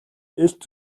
илт